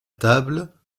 table